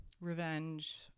revenge